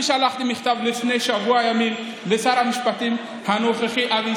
אני שלחתי מכתב לפני שבוע ימים לשר המשפטים הנוכחי אבי ניסנקורן,